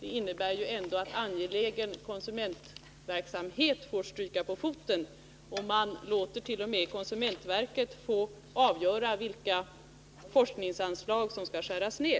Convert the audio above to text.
Det innebär ju att angelägen konsumentverksamhet får stryka på foten. Man låter t.o.m. konsumentverket få avgöra vilka forskningsanslag som skall skäras ner.